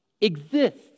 exists